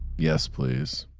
yes, please.